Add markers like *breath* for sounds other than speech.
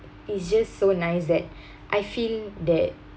it's just so nice that *breath* I feel that